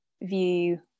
view